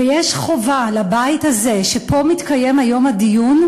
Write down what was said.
ויש חובה לבית הזה, שפה מתקיים היום הדיון,